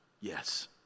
Yes